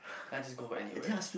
I just go back anywhere